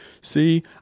see